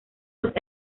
los